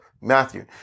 Matthew